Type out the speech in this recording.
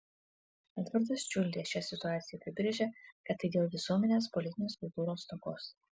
edvardas čiuldė šią situaciją apibrėžė kad tai dėl visuomenės politinės kultūros stokos